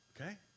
Okay